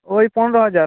ওই পনেরো হাজার